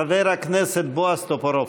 חבר הכנסת בועז טופורובסקי.